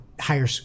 higher